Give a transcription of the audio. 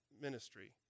ministry